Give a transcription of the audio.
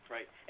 Right